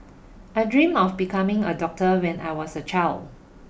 I dreamed of becoming a doctor when I was a child